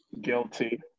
Guilty